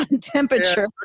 temperature